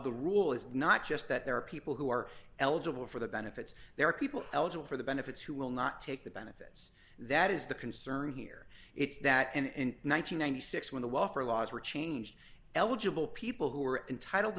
the rule is not just that there are people who are eligible for the benefits there are people eligible for the benefits who will not take the benefits that is the concern here it's that and one thousand nine hundred and six when the welfare laws were changed eligible people who were entitled to